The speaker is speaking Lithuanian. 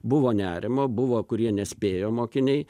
buvo nerimo buvo kurie nespėjo mokiniai